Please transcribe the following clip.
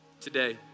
today